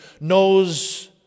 knows